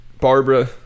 Barbara